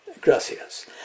Gracias